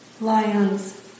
lions